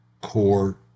core